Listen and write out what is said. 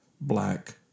black